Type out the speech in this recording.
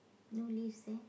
no leaves there